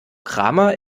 kramer